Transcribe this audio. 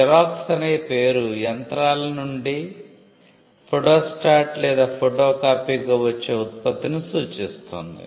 xerox అనే పేరు యంత్రాల నుండి ఫోటోస్టాట్ లేదా ఫోటోకాపీగా వచ్చే ఉత్పత్తిని సూచిస్తుంది